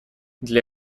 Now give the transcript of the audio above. для